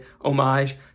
homage